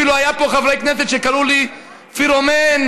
אפילו היו פה חברי כנסת שקראו לי: פירומן,